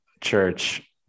Church